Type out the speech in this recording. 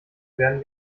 werden